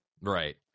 Right